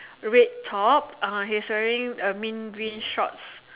red top uh he's wearing a mint green shorts